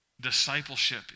discipleship